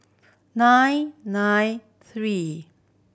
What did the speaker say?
nine nine three